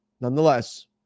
nonetheless